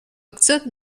акцент